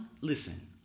listen